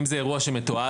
אם זה אירוע מתועד,